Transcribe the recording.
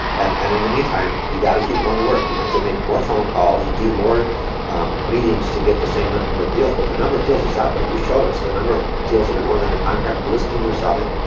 and and in the meantime, you gotta keep going to work. you might have to make more phone calls and do more meetings to get the same number number of deals, but the number of deals is out there. you showed us the number of deals that are going under contract, listings are selling,